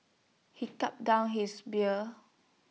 he gulped down his beer